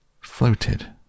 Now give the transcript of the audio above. floated